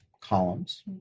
columns